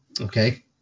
okay